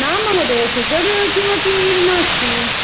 ना महोदय शुगर् किमपि नास्ति